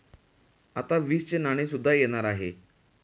आता वीसचे नाणे सुद्धा येणार आहे